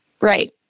Right